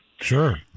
Sure